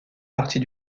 partie